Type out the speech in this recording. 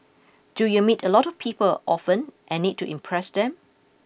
do you meet a lot of people often and need to impress them